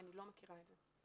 כי אני לא מכירה את זה.